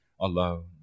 alone